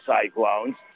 Cyclones